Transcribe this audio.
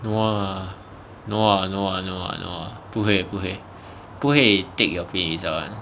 no lah no lah no lah no lah no lah 不会不会不会 take your prelim results [one]